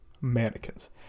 mannequins